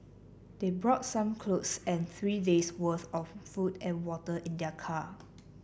they brought some cloth and three day's worth of food and water in their car